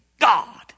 God